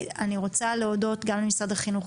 אני רוצה להודות גם למשרד החינוך,